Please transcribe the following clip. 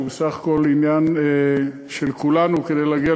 שהוא בסך הכול עניין של כולנו כדי להגיע